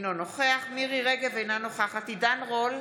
אינו נוכח מירי מרים רגב, אינה נוכחת עידן רול,